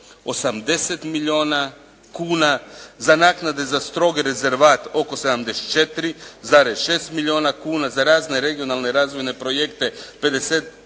80 milijuna kuna, za naknade za strogi rezervat oko 74,6 milijuna kuna, za razne regionalne i razvojne projekte 57,7 milijuna